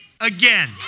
again